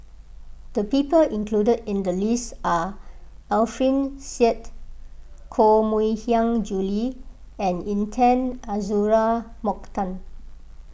the people included in the list are Alfian Sa'At Koh Mui Hiang Julie and Intan Azura Mokhtar